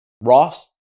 Ross